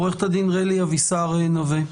עו"ד רלי אבישר רוה,